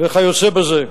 וכיוצא בזה.